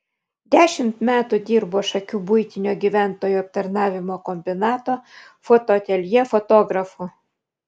dešimt metų dirbo šakių buitinio gyventojų aptarnavimo kombinato fotoateljė fotografu